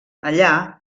allà